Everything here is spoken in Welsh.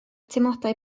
teimladau